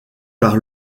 par